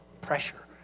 pressure